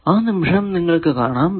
ആ നിമിഷം നിങ്ങൾക്കു കാണാം എന്നത് 0 ആണ്